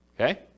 okay